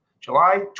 July